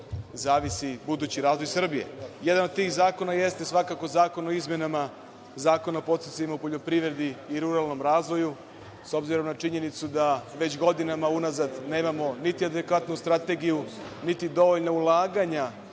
zavisi budući razvoj Srbije. Jedan od tih zakona jeste svakako zakon o izmenama Zakona o podsticajima u poljoprivredi i ruralnom razvoju, s obzirom na činjenicu da već godinama unazad nemamo niti adekvatnu strategiju, niti dovoljno ulaganja